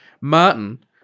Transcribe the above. Martin